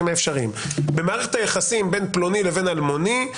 האפשריים במערכת היחסים בין פלוני לבין אלמוני,